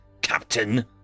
Captain